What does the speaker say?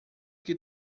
que